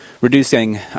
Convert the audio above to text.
reducing